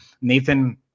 Nathan